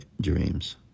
dreams